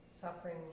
Suffering